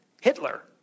Hitler